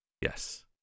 Yes